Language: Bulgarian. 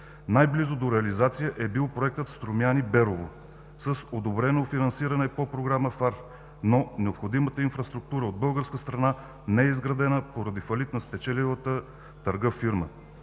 Най-близо до реализация е бил Проектът „Струмяни – Берово“, с одобрено финансиране по Програма ФАР, но необходимата инфраструктура от българска страна не е изградена поради фалит на спечелилата търга фирма.